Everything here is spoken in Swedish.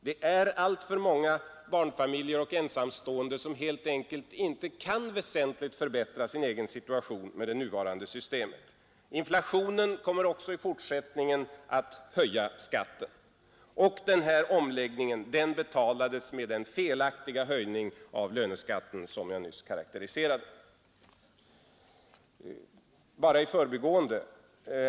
Det är alltför många barnfamiljer och ensamstående som med det nuvarande systemet helt enkelt inte kan väsentligt förbättra sin situation. Inflationen kommer också i fortsättningen att höja skatten, och denna omläggning betalas med den felaktiga höjning av löneskatten som jag nyss karakteriserade. Så några ord i förbigående.